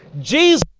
Jesus